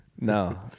No